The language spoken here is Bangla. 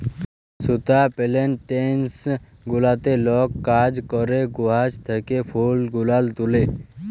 সুতা পেলেনটেসন গুলাতে লক কাজ ক্যরে গাহাচ থ্যাকে ফুল গুলান তুলে